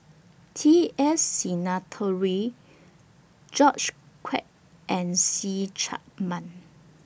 T S Sinnathuray George Quek and See Chak Mun